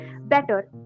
better